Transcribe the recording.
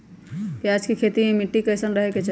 प्याज के खेती मे मिट्टी कैसन रहे के चाही?